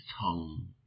tongue